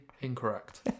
incorrect